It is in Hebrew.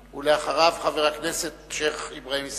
אחריו, חבר הכנסת שיח' אברהים צרצור.